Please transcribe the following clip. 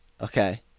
okay